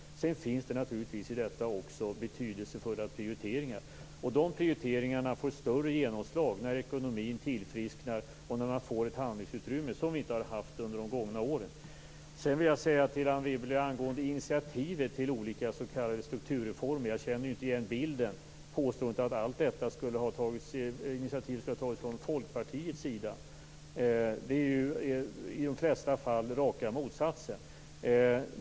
Sedan finns det naturligtvis också betydelsefulla prioriteringar i detta. De prioriteringarna får större genomslag när ekonomin tillfrisknar och när man får ett handlingsutrymme, vilket vi inte har haft under de gångna åren. När det sedan gäller initiativet till olika s.k. strukturreformer vill jag säga till Anne Wibble att jag inte känner igen bilden att initiativet till allt detta skulle ha tagits från Folkpartiets sida. I de flesta fall gäller raka motsatsen.